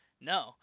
No